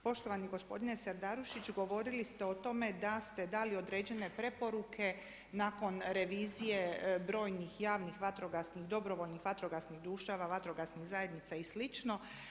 Poštovani gospodine Serdarušić, govorili ste o tome da ste dali određene preporuke nakon revizije brojnih javnih vatrogasnih dobrovoljnih vatrogasnih društava, vatrogasnih zajednica i sl.